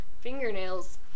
fingernails